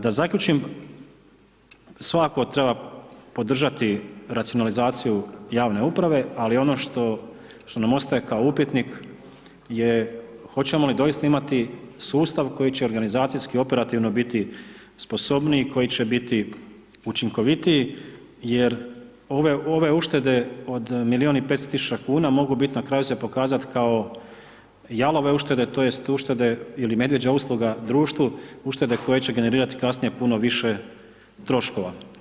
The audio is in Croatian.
Da zaključim, svakako treba podržati racionalizaciju javne uprave ali ono što nam ostaje kao upitnik je hoćemo li doista imati sustav koji će organizacijski, operativno biti sposobniji, koji će biti učinkovitiji jer ove uštede od milijun i 500 000 kuna mogu na kraju se pokazat kao jalove uštede, tj. uštede ili medvjeđa usluga društvu, uštede koje će generirati kasnije puno više troškova.